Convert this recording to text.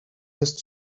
jest